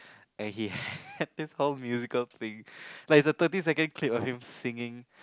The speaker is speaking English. and he had this whole musical thing like it's a thirty seconds clip of him singing